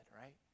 right